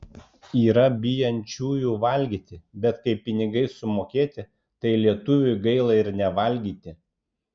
yra bijančiųjų valgyti bet kai pinigai sumokėti tai lietuviui gaila ir nevalgyti